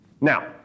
Now